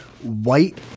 white